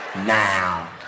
Now